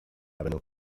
avenue